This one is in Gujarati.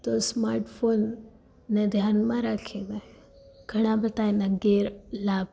તો સ્માર્ટ ફોનને ધ્યાનમાં રાખીને ઘણા બધા એના ગેરલાભ